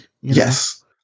Yes